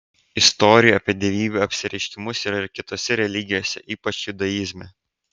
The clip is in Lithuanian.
istorijų apie dievybių apsireiškimus yra ir kitose religijose ypač judaizme